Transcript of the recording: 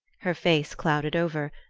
her face clouded over,